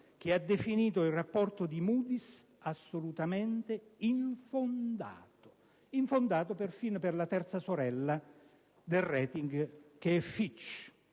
che ha definito il rapporto di Moody's "assolutamente infondato". Infondato perfino per la terza sorella del *rating*, che è Fitch.